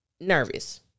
nervous